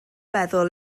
meddwl